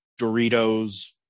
Doritos